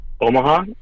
Omaha